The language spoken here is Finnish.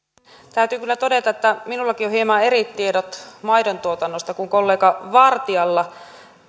täytyy kyllä todeta että minullakin on hieman eri tiedot maidontuotannosta kuin kollega vartialla